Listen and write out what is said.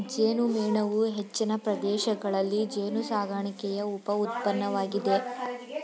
ಜೇನುಮೇಣವು ಹೆಚ್ಚಿನ ಪ್ರದೇಶಗಳಲ್ಲಿ ಜೇನುಸಾಕಣೆಯ ಉಪ ಉತ್ಪನ್ನವಾಗಿದೆ